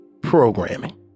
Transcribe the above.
programming